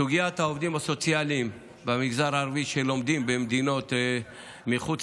סוגיית העובדים הסוציאליים במגזר הערבי שלומדים במדינות מחוץ